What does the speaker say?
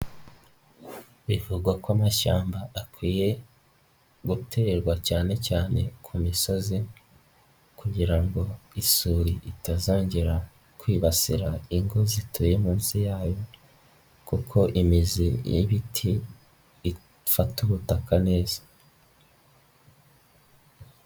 Bivugwa ko amashyamba akwiye guterwa cyane cyane ku misozi, kugira ngo isuri itazongera kwibasira ingo zituye munsi yayo, kuko imizi y'ibiti ifata ubutaka neza.